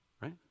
right